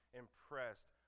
impressed